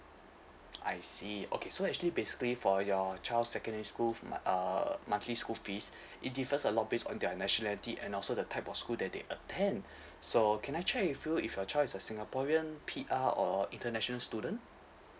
I see okay so actually basically for your child's secondary school from like uh monthly school fees it differs a lot based on their nationality and also the type of school that they attend so can I check with you if your child is a singaporean P_R or international student